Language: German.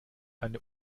eine